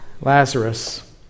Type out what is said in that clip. Lazarus